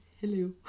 hello